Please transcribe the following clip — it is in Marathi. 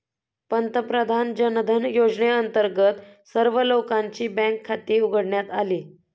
पंतप्रधान जनधन योजनेअंतर्गत सर्व लोकांची बँक खाती उघडण्यात आली